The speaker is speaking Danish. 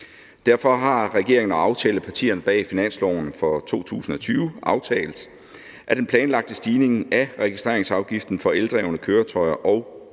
Derfor har regeringen og aftalepartierne bag finansloven for 2020 aftalt, at den planlagte stigning af registreringsafgiften for eldrevne køretøjer og